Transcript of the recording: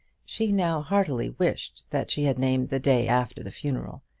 she now heartily wished that she had named the day after the funeral,